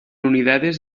unidades